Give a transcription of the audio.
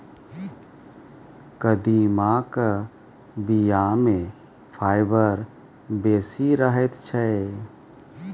कदीमाक बीया मे फाइबर बेसी रहैत छै